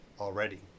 already